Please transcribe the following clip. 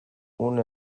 une